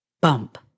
Bump